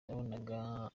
nabonaga